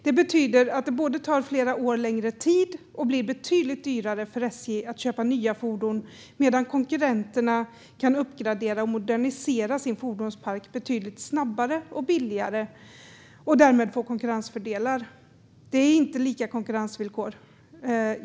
Det betyder att det både tar flera år längre tid och blir betydligt dyrare för SJ när man ska köpa nya fordon, medan konkurrenterna kan uppgradera och modernisera sin fordonspark betydligt snabbare och billigare. Därmed får de konkurrensfördelar. Det här är inte lika konkurrensvillkor.